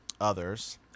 Others